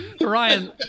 Ryan